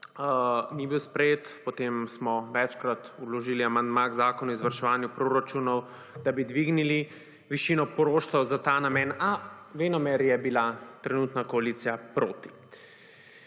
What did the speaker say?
ni bil sprejet. Potem smo večkrat vložili amandma k Zakonu o izvrševanju proračunov, da bi dvignili višino poroštev za ta namen, a venomer je bila trenutna koalicija proti.